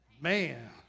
man